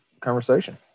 conversation